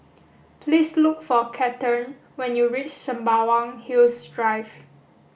please look for Cathern when you reach Sembawang Hills Drive